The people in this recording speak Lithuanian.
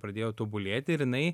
pradėjo tobulėti ir jinai